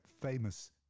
famous